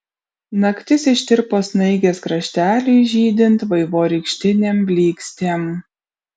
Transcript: naktis ištirpo snaigės krašteliui žydint vaivorykštinėm blykstėm